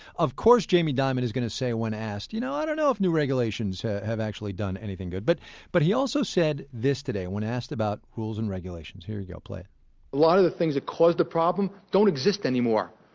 of course jamie dimon is going to say when asked, you know, i don't know if new regulations have actually done anything good but but he also said this today, and when asked about rules and regulations. here we go, play it a lot of the things that caused the problem don't exist anymore,